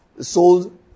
Sold